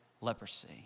leprosy